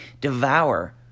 devour